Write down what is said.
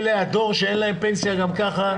זה דור שאין להם פנסיה גם ככה,